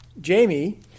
Jamie